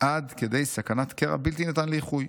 עד כדי סכנת קרע בלתי-ניתן לאיחוי.